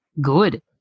good